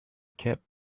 cape